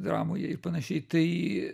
dramoje ir panašiai tai